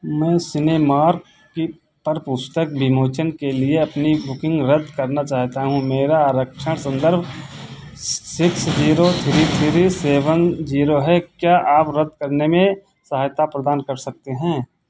मैं सिनेमार्क पर पुस्तक विमोचन के लिए अपनी बुकिंग रद्द करना चाहता हूँ मेरा आरक्षण संदर्भ six zero three three seven zero है क्या आप रद्द करने में सहायता प्रदान कर सकते हैं